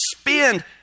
spend